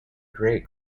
great